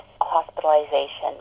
hospitalization